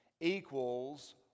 equals